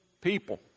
people